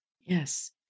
Yes